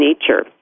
nature